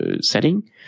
setting